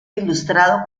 ilustrado